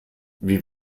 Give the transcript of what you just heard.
wie